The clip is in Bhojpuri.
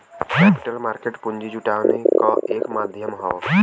कैपिटल मार्केट पूंजी जुटाने क एक माध्यम हौ